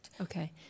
Okay